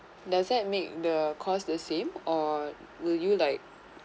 does that make the cost the same or will you like